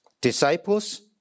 disciples